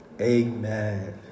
amen